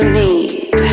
need